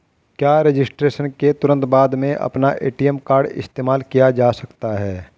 क्या रजिस्ट्रेशन के तुरंत बाद में अपना ए.टी.एम कार्ड इस्तेमाल किया जा सकता है?